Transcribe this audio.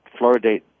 fluoridate